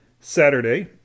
Saturday